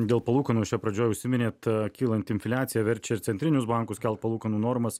dėl palūkanų jūs čia pradžioj užsiminėt kylanti infliacija verčia ir centrinius bankus kelt palūkanų normas